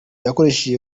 yakoresheje